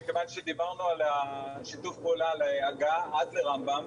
מכיוון שדיברנו על השיתוף פעולה להגעה עד לרמב"ם,